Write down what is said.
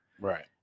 right